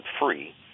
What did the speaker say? free